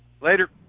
Later